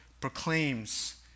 proclaims